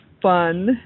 fun